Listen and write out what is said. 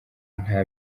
nta